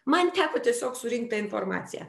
man teko tiesiog surinkt tą informaciją